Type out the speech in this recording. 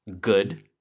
good